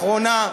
אחרונה,